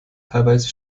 teilweise